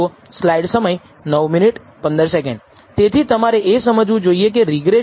આપણે જે ધારણાઓ કરી છે તેના આધારે આપણે ફરીથી બતાવી શકીએ છીએ કે Sxx દ્વારા β̂1 નું વૈવિધ્ય σ2 હશે